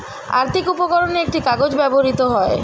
আর্থিক উপকরণে একটি কাগজ ব্যবহৃত হয়